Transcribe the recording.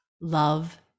love